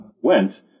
went